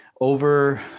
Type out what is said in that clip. over